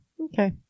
okay